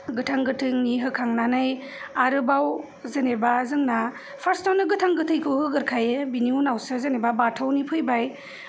गोथां गोथोंनि होखांनानै आरोबाव जेनोबा जोंना पारस्त आवनो गोथां गोथैखौ होगोरखायो बिनि उनावसो जेनोबा बाथौनि फैबाय